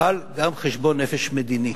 אבל גם חשבון מדיני,